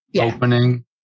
opening